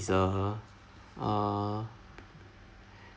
is a err